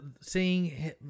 seeing